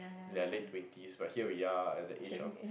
their late twenties but here we are at the age of